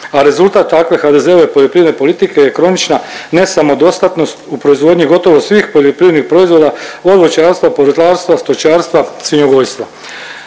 a rezultat takve HDZ-ove poljoprivredne politike je kronična nesamodostatnost u proizvodnji gotovo svih poljoprivrednih proizvoda od voćarstva, povrtlarstva, stočarstva, svinjogojstva.